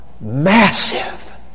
massive